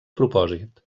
propòsit